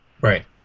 Right